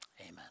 Amen